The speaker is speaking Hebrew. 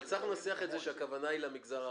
אבל צריך לנסח את זה שהכוונה היא למגזר הערבי,